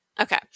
Okay